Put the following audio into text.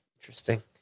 Interesting